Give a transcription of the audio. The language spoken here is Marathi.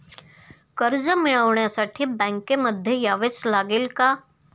कर्ज मिळवण्यासाठी बँकेमध्ये यावेच लागेल का?